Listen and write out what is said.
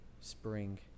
spring